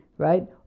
Right